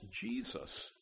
Jesus